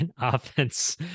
offense